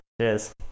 Cheers